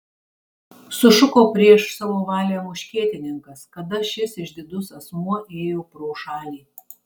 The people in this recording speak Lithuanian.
sušuko prieš savo valią muškietininkas kada šis išdidus asmuo ėjo pro šalį